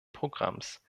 programms